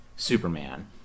Superman